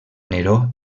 neró